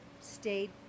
stayed